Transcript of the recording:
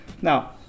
now